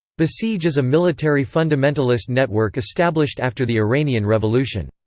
basij is a military fundamentalist network established after the iranian revolution.